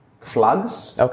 flags